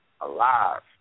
alive